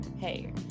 Hey